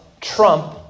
trump